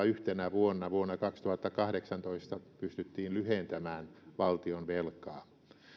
yhtenä vuonna vuonna kaksituhattakahdeksantoista pitkästä aikaa pystyttiin jopa lyhentämään valtionvelkaa